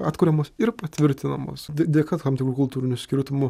atkuriamos ir patvirtinamos dė dėka tam tikrų kultūrinių skirtumų